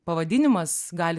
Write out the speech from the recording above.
pavadinimas gali